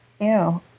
Ew